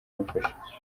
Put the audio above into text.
imufasha